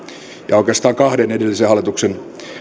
ja oikeastaan kahden edellisen hallituksen